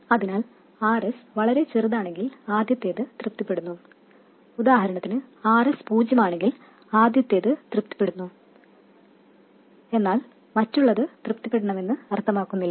അതിനാൽ Rs വളരെ ചെറുതാണെങ്കിൽ ആദ്യത്തേത് തൃപ്തിപ്പെടുന്നു ഉദാഹരണത്തിന് Rs പൂജ്യമാണെങ്കിൽ ആദ്യത്തേത് തൃപ്തിപ്പെടുത്തുന്നത് മറ്റുള്ളത് തൃപ്തിപ്പെടണമെന്ന് അർത്ഥമാക്കുന്നില്ല